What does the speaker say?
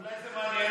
אולי זה מעניין?